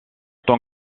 tant